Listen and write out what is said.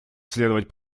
следовать